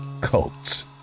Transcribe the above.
cults